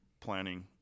planning